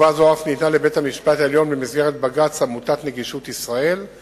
תשובה זו אף ניתנה לבית-המשפט העליון במסגרת בג"ץ עמותת "נגישות ישראל";